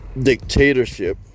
dictatorship